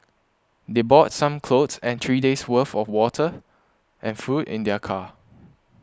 they brought some clothes and three days' worth of water and food in their car